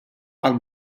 għal